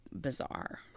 bizarre